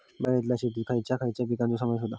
बागायती शेतात खयच्या खयच्या पिकांचो समावेश होता?